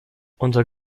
unter